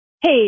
hey